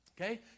okay